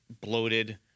bloated